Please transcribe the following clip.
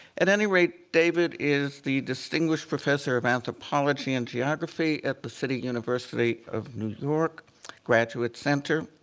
at any rate, david is the distinguished professor of anthropology and geography at the city university of new york graduate center.